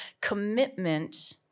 commitment